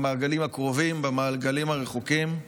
במעגלים הקרובים, במעגלים הרחוקים,